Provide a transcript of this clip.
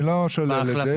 אני לא שולל את זה.